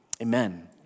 amen